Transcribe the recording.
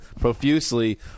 profusely